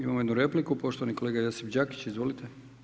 Imamo jednu repliku, poštovani kolega Josip Đakić, izvolite.